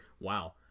Wow